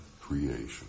creation